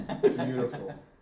beautiful